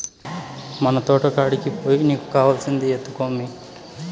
మన తోటకాడికి పోయి నీకు కావాల్సింది ఎత్తుకో అమ్మీ